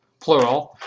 plural.